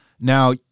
Now